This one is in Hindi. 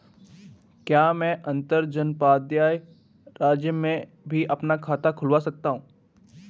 क्या मैं अंतर्जनपदीय राज्य में भी अपना खाता खुलवा सकता हूँ?